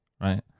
right